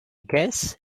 guess